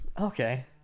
Okay